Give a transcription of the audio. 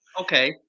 Okay